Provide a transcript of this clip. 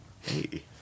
Hey